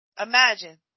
Imagine